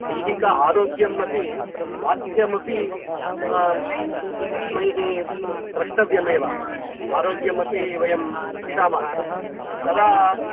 दैहिक आरोग्यम् अपि स्वास्थ्यमपि अस्मैः द्रष्टव्यमेव आरोग्यमपि वयं रक्षामः तदा